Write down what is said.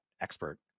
expert